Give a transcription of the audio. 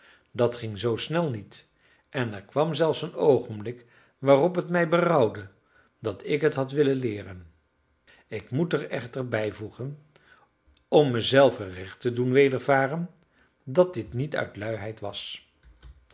dat ging zoo snel niet en er kwam zelfs een oogenblik waarop het mij berouwde dat ik het had willen leeren ik moet er echter bijvoegen om me zelven recht te doen wedervaren dat dit niet uit luiheid was